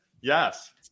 Yes